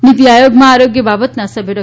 નીતી આયોયમાં આરોગ્ય બાબતોના સભ્ય ડો